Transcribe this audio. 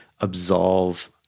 absolve